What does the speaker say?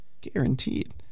Guaranteed